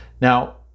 Now